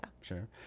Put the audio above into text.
Sure